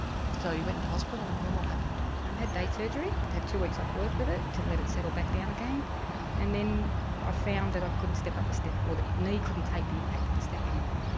so you went into hospital and then what happened? i um had day surgery, i had two weeks off work with it to let it settle back down again and then i ah found that i couldn't step up a step or the knee couldn't take the impact of the step any more.